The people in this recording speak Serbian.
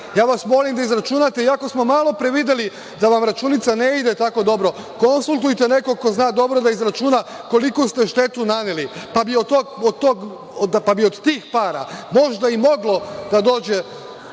Ja vas molim da izračunate, iako smo malopre videli da vam računica ne ide tako dobro, konsultujte nekog ko zna dobro da izračuna koliku ste štetu naneli, pa bi od tih para možda i moglo da dođe